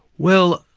well,